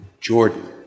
Jordan